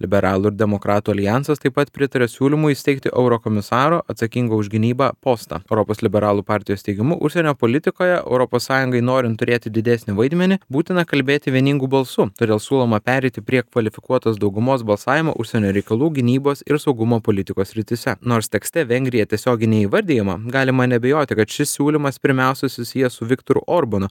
liberalų ir demokratų aljansas taip pat pritaria siūlymui įsteigti eurokomisaro atsakingo už gynybą postą europos liberalų partijos teigimu užsienio politikoje europos sąjungai norint turėti didesnį vaidmenį būtina kalbėti vieningu balsu todėl siūloma pereiti prie kvalifikuotos daugumos balsavimo užsienio reikalų gynybos ir saugumo politikos srityse nors tekste vengrija tiesiogiai neįvardijama galima neabejoti kad šis siūlymas pirmiausia susijęs su viktoru orbanu